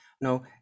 No